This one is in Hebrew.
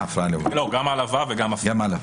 גם העלבה וגם הפרעה.